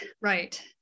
right